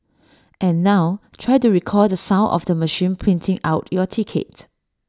and now try to recall the sound of the machine printing out your ticket